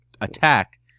attack